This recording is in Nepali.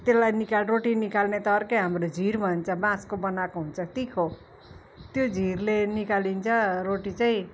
तेल्लाई निकाल् रोटी निकाल्ने त अर्कै हाम्रो झीर भन्छ बाँसको बनाको हुन्छ तिखो त्यो झीरले निकालिन्छ रोटीचैँ